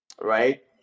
right